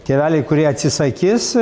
tėveliai kurie atsisakys